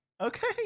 Okay